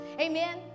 amen